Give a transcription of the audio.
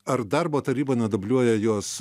ar darbo taryba nedubliuoja jos